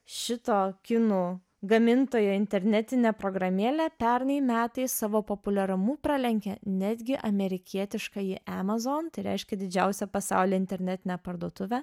šito kinų gamintoj internetinė programėlė pernai metais savo populiarumu pralenkė netgi amerikietiškąjį amazon tai reiškia didžiausią pasaulyje internetinę parduotuvę